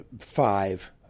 Five